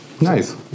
Nice